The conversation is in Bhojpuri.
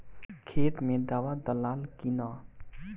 खेत मे दावा दालाल कि न?